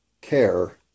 care